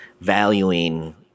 valuing